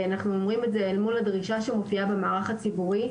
אנחנו אומרים את זה אל מול הדרישה שמופיעה במערך הציבורי.